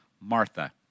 Martha